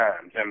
Times